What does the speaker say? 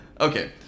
Okay